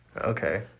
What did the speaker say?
Okay